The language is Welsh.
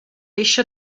eisiau